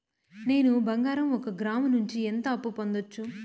నేను బంగారం ఒక గ్రాము నుంచి ఎంత అప్పు పొందొచ్చు